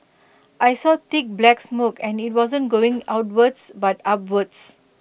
I saw thick black smoke and IT wasn't going outwards but upwards